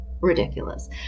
ridiculous